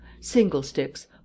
single-sticks